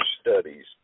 studies